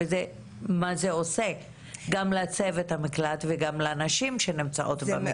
וזה גורם לחשוב על שיחה שאני צריכה לנהל עם משרד